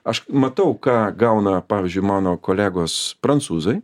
aš matau ką gauna pavyzdžiui mano kolegos prancūzai